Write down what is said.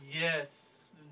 Yes